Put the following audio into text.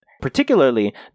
Particularly